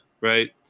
right